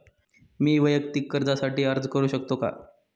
मी वैयक्तिक कर्जासाठी अर्ज करू शकतो का?